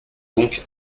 donc